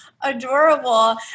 adorable